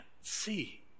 see